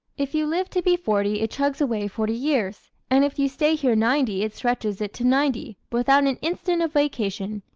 if you live to be forty it chugs away forty years, and if you stay here ninety it stretches it to ninety, without an instant of vacation.